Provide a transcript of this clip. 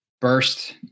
Burst